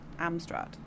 Amstrad